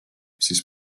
siis